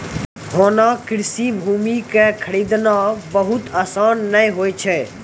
होना कृषि भूमि कॅ खरीदना बहुत आसान नाय होय छै